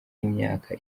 imyaka